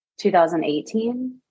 2018